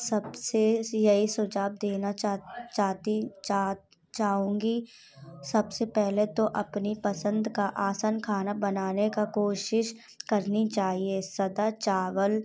सब से यही सुझाव देना चाहूँगी सब से पहले तो अपनी पसंद का आसान खाना बनाने की कोशिस करनी चाहिए सादा चावल